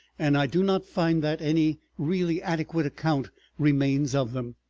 and i do not find that any really adequate account remains of them.